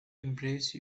embrace